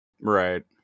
Right